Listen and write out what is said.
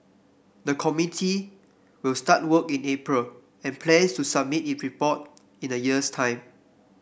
the committee will start work in April and plans to submit its report in a year's time